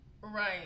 Right